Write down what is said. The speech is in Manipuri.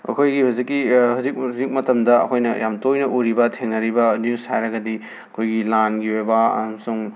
ꯑꯩꯈꯣꯏꯒꯤ ꯍꯧꯖꯤꯛꯀꯤ ꯍꯧꯖꯤꯛ ꯍꯧꯖꯤꯛ ꯃꯇꯝꯗ ꯑꯩꯈꯣꯏꯅ ꯌꯥꯝꯅ ꯇꯣꯏꯅ ꯎꯔꯤꯕ ꯊꯦꯡꯅꯔꯤꯕ ꯅ꯭ꯌꯨꯁ ꯍꯥꯏꯔꯒꯗꯤ ꯑꯩꯈꯣꯏꯒꯤ ꯂꯥꯟꯒꯤ ꯑꯣꯏꯕ ꯑꯝꯁꯨꯡ